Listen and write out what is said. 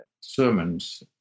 sermons